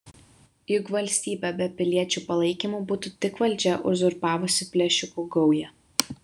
juk valstybė be piliečių palaikymo būtų tik valdžią uzurpavusi plėšikų gauja